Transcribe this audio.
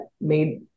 made